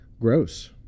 gross